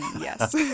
yes